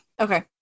okay